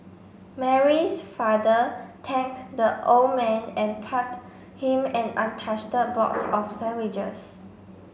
Mary's father thanked the old man and passed him an untouched box of sandwiches